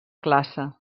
classe